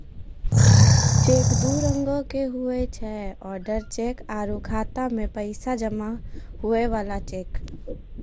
cheque दू रंगोके हुवै छै ओडर चेक आरु खाता मे पैसा जमा हुवै बला चेक